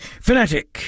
Fanatic